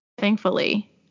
Thankfully